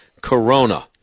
corona